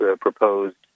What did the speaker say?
proposed